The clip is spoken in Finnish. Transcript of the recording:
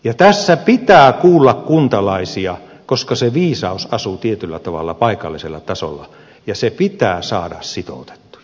ja tässä pitää kuulla kuntalaisia koska se viisaus asuu tietyllä tavalla paikallisella tasolla ja se pitää saada sitoutettua